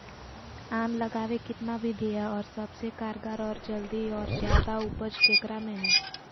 आम लगावे कितना विधि है, और सबसे कारगर और जल्दी और ज्यादा उपज ककरा में है?